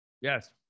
Yes